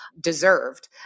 deserved